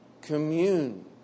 Commune